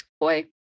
boy